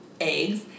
Eggs